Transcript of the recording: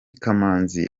kamanzi